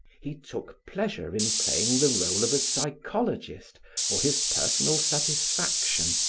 he took pleasure in playing the role of a psychologist for his personal satisfaction,